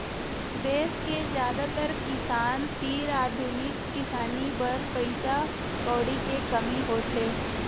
देस के जादातर किसान तीर आधुनिक किसानी बर पइसा कउड़ी के कमी होथे